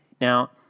Now